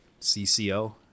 CCO